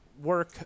work